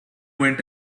went